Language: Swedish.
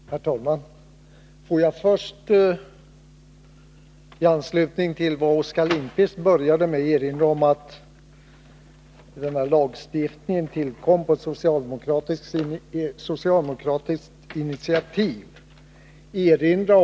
Herr talman! Får jag först i anslutning till vad Oskar Lindkvist sade inledningsvis erinra om att lagstiftningen tillkom på ett socialdemokratiskt initiativ.